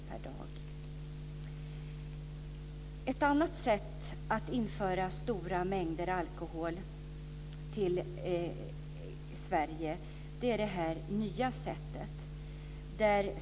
Det finns ett nytt sätt att införa stora mängder alkohol till Sverige.